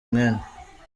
umwenda